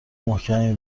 محکمی